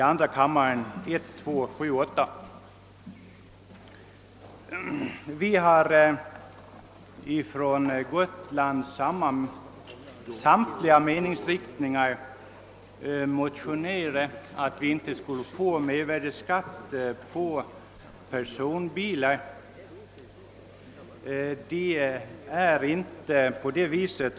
Samtliga gotlandsrepresentanter, oavsett parti, har motionerat om att mervärdeskatt inte bör utgå på transport av bilar, avsedda för personbefordran, mellan område utan fast landförbindelse och fastlandet.